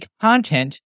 content